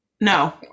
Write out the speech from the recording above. No